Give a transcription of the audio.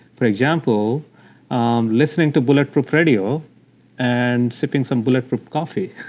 for example um listening to bulletproof radio and sipping some bulletproof coffee,